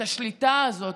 את השליטה הזאת,